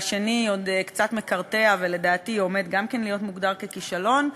והשני עוד קצת מקרטע אבל לדעתי עומד גם כן להיות מוגדר ככישלון.